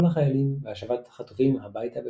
החיילים והשבת החטופים הביתה בשלום.